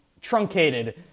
truncated